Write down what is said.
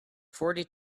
forty